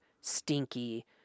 stinky